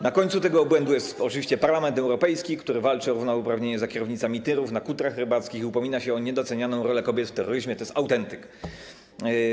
Na końcu tego obłędu jest oczywiście Parlament Europejski, który walczy o równouprawnienie za kierownicami tirów, na kutrach rybackich i upomina się o niedocenianą rolę kobiet w terroryzmie - to jest autentyk.